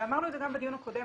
אמרנו את זה גם בדיון הקודם,